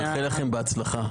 נאחל לכן בהצלחה.